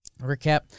Recap